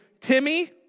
Timmy